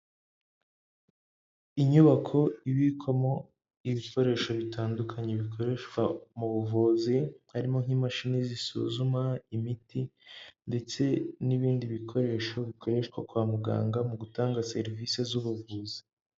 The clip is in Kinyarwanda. Inyubako ibikwamo ibikoresho bitandukanye bikoreshwa mu buvuzi, harimo nk'imashini zisuzuma imiti, ndetse n'ibindi bikoresho bikoreshwa kwa muganga, mu gutanga serivise z'ubuvuzi.